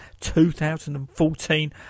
2014